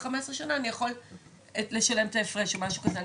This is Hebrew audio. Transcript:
15 שנה אני יכול לשלם את ההפרש או משהו כזה.